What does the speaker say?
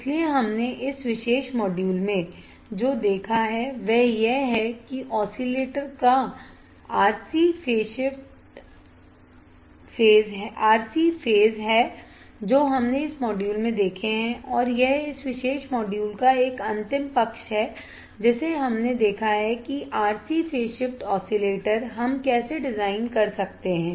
इसलिए हमने इस विशेष मॉड्यूल में जो देखा है वह यह है कि ऑसिलेटर का RC फेज है जो हमने इस मॉड्यूल में देखे हैं और यह इस विशेष मॉड्यूल का एक अंतिम पक्ष है जिसे हमने देखा है कि RC फेज शिफ्ट ऑसिलेटर हम कैसे डिजाइन कर सकते हैं